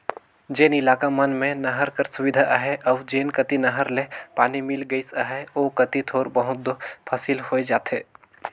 जेन इलाका मन में नहर कर सुबिधा अहे अउ जेन कती नहर ले पानी मिल गइस अहे ओ कती थोर बहुत दो फसिल होए जाथे